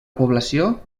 població